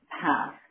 path